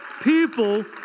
people